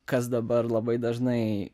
kas dabar labai dažnai